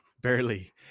Barely